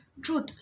truth